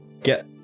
get